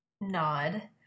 nod